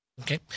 Okay